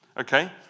Okay